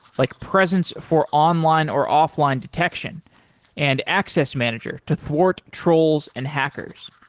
like presence for online or offline detection and access manager to thwart trolls and hackers.